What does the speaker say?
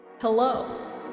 Hello